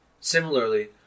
Similarly